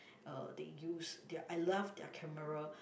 uh they use their I love their camera